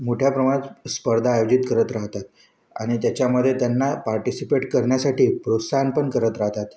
मोठ्या प्रमाणात स्पर्धा आयोजित करत राहतात आणि त्याच्यामध्ये त्यांना पार्टिसिपेट करण्यासाठी प्रोत्साहन पण करत राहतात